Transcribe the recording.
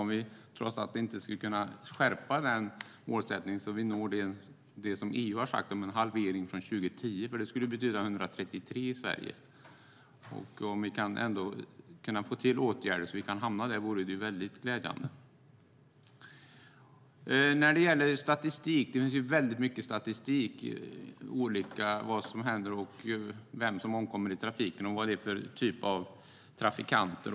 Skulle vi inte, trots allt, kunna skärpa den målsättningen, så att vi når det som EU har sagt om en halvering från 2010? Det skulle betyda 133 i Sverige. Om vi kan få till åtgärder så att vi kan hamna där vore det väldigt glädjande. Sedan gäller det statistik. Det finns väldigt mycket statistik. Det handlar om vad som händer, vem som omkommer i trafiken och vad det är för typ av trafikanter.